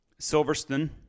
Silverstone